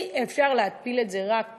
אי-אפשר להפיל את זה רק פה,